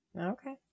Okay